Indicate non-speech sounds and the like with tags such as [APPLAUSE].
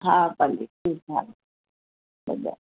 हा भली ठीकु आहे [UNINTELLIGIBLE]